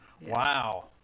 Wow